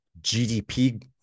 GDP